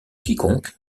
quiconque